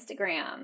Instagram